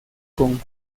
con